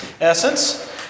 Essence